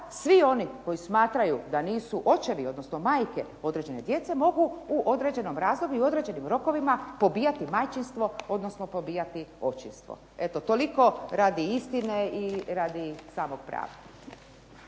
svi oni koji smatraju da nisu očevi, odnosno majke određene djece mogu u određenom razdoblju i u određenim rokovima pobijati majčinstvo, odnosno pobijati očinstvo. Eto toliko radi istine i radi samog prava.